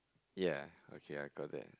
ya okay I got it